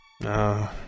No